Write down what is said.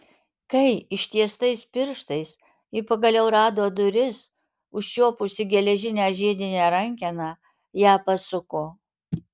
kai ištiestais pirštais ji pagaliau rado duris užčiuopusi geležinę žiedinę rankeną ją pasuko